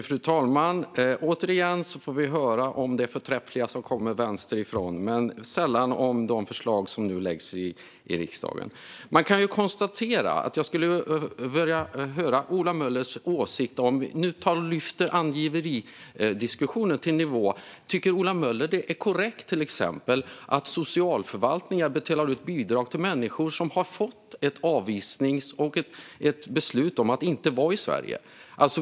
Fru talman! Återigen får vi höra om det förträffliga som kommer vänsterifrån, men vi får sällan höra om de förslag som nu läggs fram i riksdagen. Låt mig lyfta angiveridiskussionen en nivå. Tycker Ola Möller att det är korrekt att socialförvaltningar betalar ut bidrag till människor som har fått beslut om att de inte får vara i Sverige?